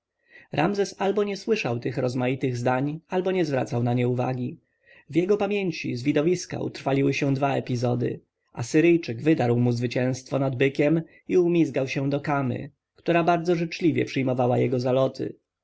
ramzes albo nie słyszał tych rozmaitych zdań albo nie zwracał na nie uwagi w jego pamięci z widowiska utrwaliły się dwa epizody asyryjczyk wydarł mu zwycięstwo nad bykiem i umizgał się do kamy która bardzo życzliwie przyjmowała jego zaloty